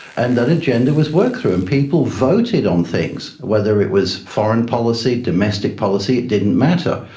and that agenda was worked through and people voted on things, whether it was foreign policy, domestic policy, it didn't matter.